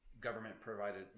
government-provided